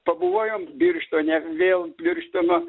pabuvojom birštone vėl birštono